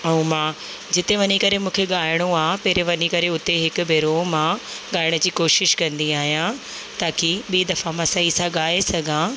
ऐं मां जिते वञी करे मूंखे ॻाइणो आहे पहिरीं वञी करे उते मां ॻाइण जी कोशिशि कंदी आहियां ताकी मां ॿिए दफ़े सही सां ॻाए सघां